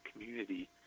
community